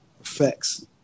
effects